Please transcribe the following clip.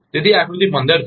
તેથી આ આકૃતિ 15 છે